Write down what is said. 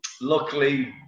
Luckily